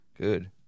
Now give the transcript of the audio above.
Good